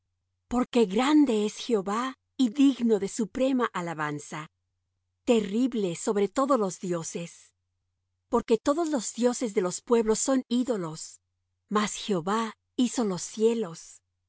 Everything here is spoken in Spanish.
porque grande es jehová y digno de suprema alabanza terrible sobre todos los dioses porque todos los dioses de los pueblos son ídolos mas jehová hizo los cielos